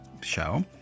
show